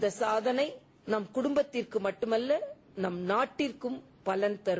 இந்த சாதனை நம் குடும்பத்திற்கு மட்டுமல்ல நம் நாட்டிற்கும் பலன் தரும்